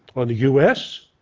on the us,